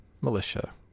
militia